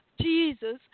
Jesus